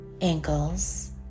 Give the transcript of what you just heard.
ankles